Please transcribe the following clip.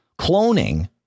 cloning